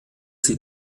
sie